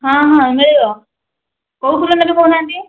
ହଁ ହଁ ମିଳିବ କେଉଁ ଫୁଲ ନେବେ କହୁନାହାନ୍ତି